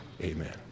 amen